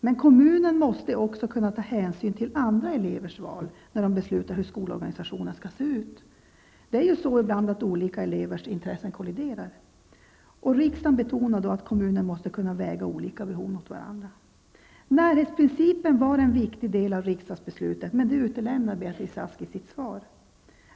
Men kommunen måste också kunna ta hänsyn till andra elevers val när den beslutar hur skolorganisationen skall se ut. Det är ju så ibland att olika elevers intressen kolliderar. Riksdagen har betonat då att kommunen måste kunna väga olika behov mot varandra. Närhetsprincipen var en viktig del av riksdagsbeslutet, men det utlämnar Beatrice Ask i sitt svar.